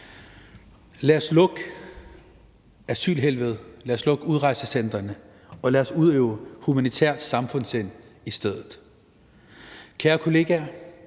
Lad os lukke asylhelvedet, lad os lukke udrejsecentrene, og lad os udøve humanitært samfundssind i stedet. Kære kollegaer: